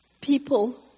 people